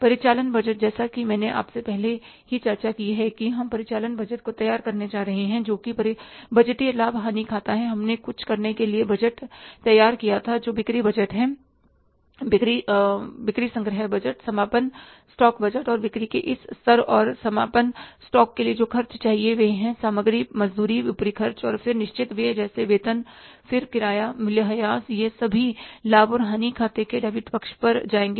परिचालन बजट जैसा कि मैंने आपसे पहले ही चर्चा की है कि हम परिचालन बजट को तैयार करने जा रहे हैं जोकि बजटीय लाभ हानि खाता है हमने सब कुछ के लिए बजट तैयार किया था जो बिक्री बजट है बिक्री संग्रह बजट समापन स्टॉक बजट और बिक्री के इस स्तर और समापन स्टॉक के लिए जो खर्चे चाहिए वे हैं सामग्री मजदूरी ऊपरी खर्चे फिर निश्चित व्यय जैसे वेतन फिर किराया मूल्यह्रास ये सभी लाभ और हानि खाते के डेबिट पक्ष पर आ जाएंगे